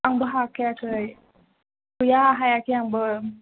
आंबो हाखायाखै गैया हायाखै आंबो